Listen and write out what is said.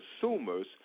consumers